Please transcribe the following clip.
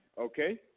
okay